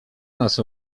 nas